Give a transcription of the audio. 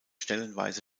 stellenweise